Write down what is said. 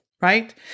Right